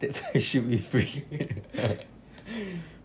that's why should be free